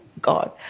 God